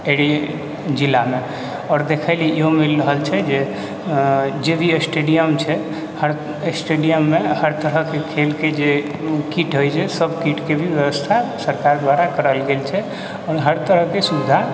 जिलामे आओर देखै लए ईहो मिल रहल छै जे जेभी स्टेडियम छै हर स्टेडियममे हर तरहके खेल के जे किट होइ छै सब किटके भी व्यवस्था सरकार द्वारा करल गेल छै ओइमे हर तरहके सुविधा